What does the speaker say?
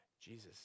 Jesus